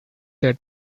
that